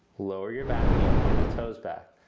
lower your back knee and point the toes back.